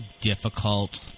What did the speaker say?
difficult